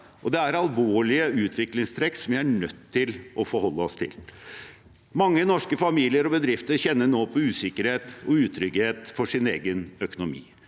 det er alvorlige utviklingstrekk som vi er nødt til å forholde oss til. Mange norske familier og bedrifter kjenner nå på usikkerhet og utrygghet for sin egen økonomi.